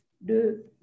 de